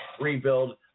rebuild